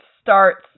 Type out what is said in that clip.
starts